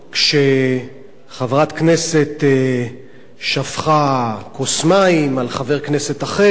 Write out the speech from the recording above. כשחברת כנסת שפכה כוס מים על חבר כנסת אחר,